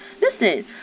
listen